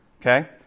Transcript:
Okay